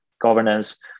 governance